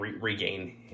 regain